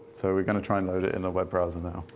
so we're going to try and load it in the web browser now.